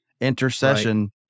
Intercession